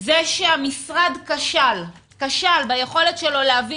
זה שהמשרד כשל ביכולת שלו להביא